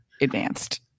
advanced